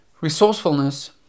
resourcefulness